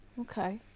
Okay